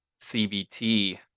CBT